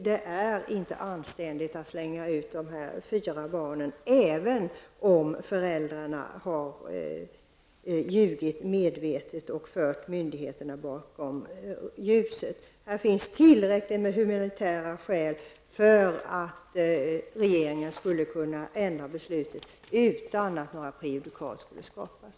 Det är inte anständigt att slänga ut dessa fyra barn, även om föräldrarna medvetet har ljugit och fört myndigheterna bakom ljuset. Här finns tillräckligt med humanitära skäl för att regeringen skulle kunna ändra sitt beslut, utan att några prejudikat skulle skapas.